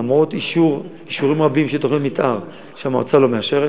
למרות אישורים רבים של תוכניות מתאר שהמועצה לא מאשרת,